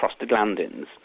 prostaglandins